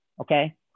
okay